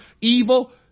evil